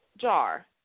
jar